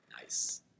Nice